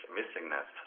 missingness